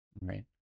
Right